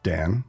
Dan